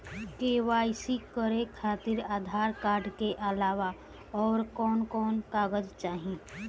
KYC करे खातिर Aadhaar card के अलावा आउरकवन कवन कागज चाहीं?